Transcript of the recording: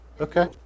okay